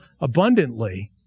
abundantly